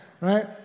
Right